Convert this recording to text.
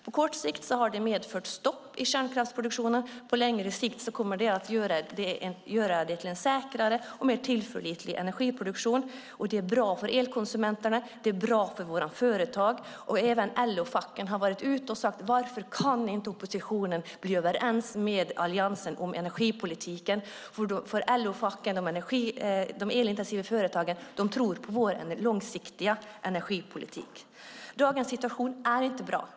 På kort sikt har det medfört stopp i kärnkraftsproduktionen. På längre sikt kommer det att innebära en säkrare och mer tillförlitlig energiproduktion. Det är bra för elkonsumenterna, det är bra för våra företag och även LO-facken har varit ute och sagt: Varför kan ni inte oppositionen bli överens med Alliansen om energipolitiken? LO-facken och de elintensiva företagen tror på vår långsiktiga energipolitik. Dagens situation är inte bra.